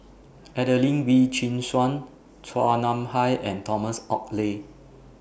Adelene Wee Chin Suan Chua Nam Hai and Thomas Oxley